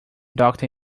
doctor